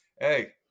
Hey